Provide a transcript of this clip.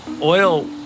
Oil